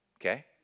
Okay